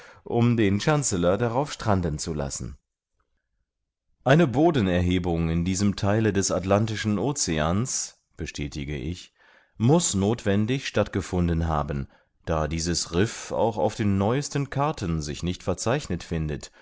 um den chancellor darauf stranden zu lassen eine bodenerhebung in diesem theile des atlantischen oceans bestätige ich muß nothwendig stattgefunden haben da dieses riff auch auf den neuesten karten sich nicht verzeichnet findet